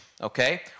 okay